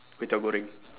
kway teow goreng